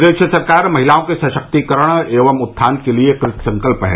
प्रदेश सरकार महिलाओं के सशक्तीकरण एवं उत्थान के लिए कृतसंकल्प है